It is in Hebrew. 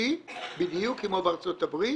החלטי בדיוק כמו בארצות הברית